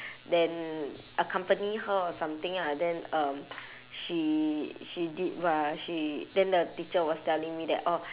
then accompany her or something ah then um she she did !wah! she then the teacher was telling me that orh